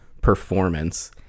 performance